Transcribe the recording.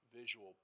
visual